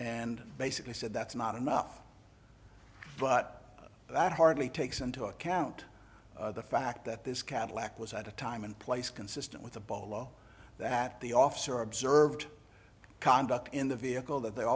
and basically said that's not enough but that hardly takes into account the fact that this cadillac was at a time and place consistent with a bolo that the officer observed conduct in the vehicle that the